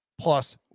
plus